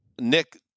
Nick